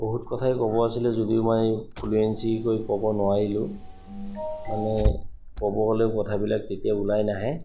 বহুত কথাই ক'ব আছিলে যদিও মই ফ্লুৱেঞ্চিকৈ ক'ব নোৱাৰিলোঁ মানে ক'ব গ'লে কথাবিলাক তেতিয়া ওলাই নাহে